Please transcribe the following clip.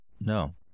no